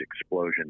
explosion